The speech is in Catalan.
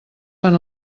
fan